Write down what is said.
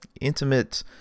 intimate